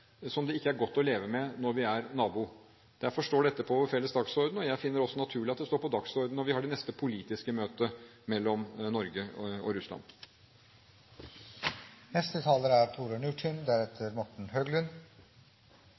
som det ikke er godt å leve med når vi er naboer. Derfor står dette på vår felles dagsorden. Jeg finner det også naturlig at det står på dagsordenen når Norge og Russland har det neste politiske møtet.